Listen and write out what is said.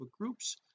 groups